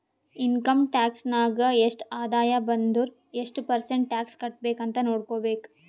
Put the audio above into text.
income tax ನಾಗ್ ಎಷ್ಟ ಆದಾಯ ಬಂದುರ್ ಎಷ್ಟು ಪರ್ಸೆಂಟ್ ಟ್ಯಾಕ್ಸ್ ಕಟ್ಬೇಕ್ ಅಂತ್ ನೊಡ್ಕೋಬೇಕ್